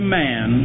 man